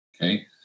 Okay